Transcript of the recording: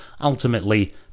ultimately